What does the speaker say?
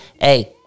Hey